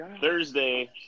Thursday